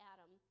Adam